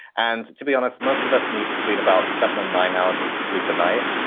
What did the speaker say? and to be honest, most of us need between about seven and nine hours of sleep a night.